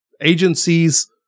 Agencies